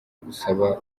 gusaba